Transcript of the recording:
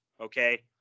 Okay